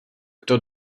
kdo